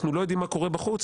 אנחנו לא יודעים מה קורה בחוץ.